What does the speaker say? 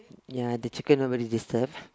ya the chicken all very disturbed